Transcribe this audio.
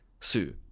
sue